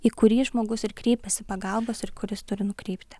į kurį žmogus ir kreipiasi pagalbos ir kuris turi nukreipti